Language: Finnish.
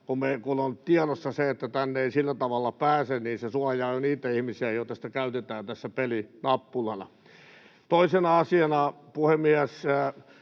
kun on tiedossa se, että tänne ei sillä tavalla pääse, niin jo se suojaa niitä ihmisiä, joita sitten käytetään tässä pelinappulana. Toisena asiana, puhemies,